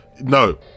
No